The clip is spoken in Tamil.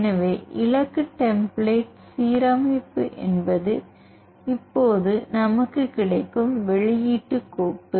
எனவே இலக்கு டெம்ப்ளேட் சீரமைப்பு என்பது இப்போது நமக்கு கிடைக்கும் வெளியீட்டு கோப்பு